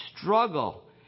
struggle